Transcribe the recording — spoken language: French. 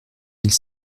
mille